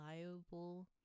reliable